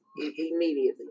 immediately